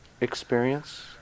experience